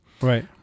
Right